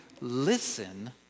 listen